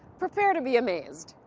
prepare to be amazed.